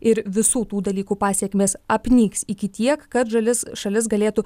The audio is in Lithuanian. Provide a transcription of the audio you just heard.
ir visų tų dalykų pasekmės apnyks iki tiek kad žalis šalis galėtų